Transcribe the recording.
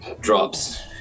drops